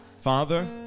Father